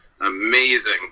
amazing